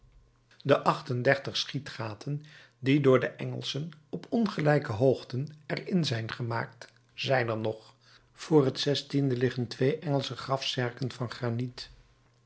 de acht-en-dertig schietgaten die door de engelschen op ongelijke hoogten er in zijn gemaakt zijn er nog voor het zestiende liggen twee engelsche grafzerken van graniet